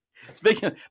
Speaking